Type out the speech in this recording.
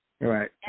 Right